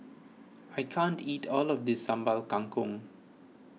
I can't eat all of this Sambal Kangkong